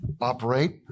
operate